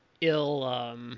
ill